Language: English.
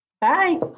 Bye